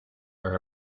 are